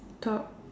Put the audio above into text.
thought